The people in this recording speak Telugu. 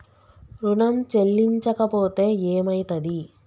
ఋణం చెల్లించకపోతే ఏమయితది?